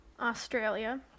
Australia